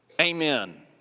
Amen